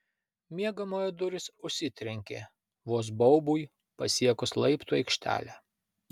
miegamojo durys užsitrenkė vos baubui pasiekus laiptų aikštelę